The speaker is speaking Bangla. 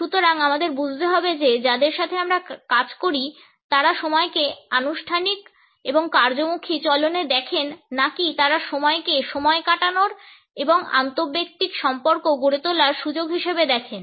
সুতরাং আমাদের বুঝতে হবে যে যাদের সাথে আমরা কাজ করি তারা সময়কে আনুষ্ঠানিক এবং কার্যমুখী চলনে দেখেন নাকি তারা সময়কে সময় কাটানোর এবং আন্তঃব্যক্তিক সম্পর্ক গড়ে তোলার সুযোগ হিসাবে দেখেন